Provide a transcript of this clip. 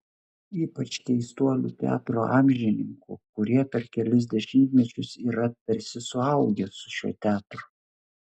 ypač keistuolių teatro amžininkų kurie per kelis dešimtmečius yra tarsi suaugę su šiuo teatru